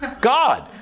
God